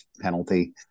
penalty